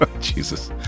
Jesus